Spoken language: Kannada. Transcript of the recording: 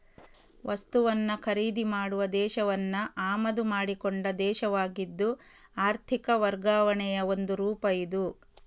ವಸ್ತುವನ್ನ ಖರೀದಿ ಮಾಡುವ ದೇಶವನ್ನ ಆಮದು ಮಾಡಿಕೊಂಡ ದೇಶವಾಗಿದ್ದು ಆರ್ಥಿಕ ವರ್ಗಾವಣೆಯ ಒಂದು ರೂಪ ಇದು